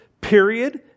Period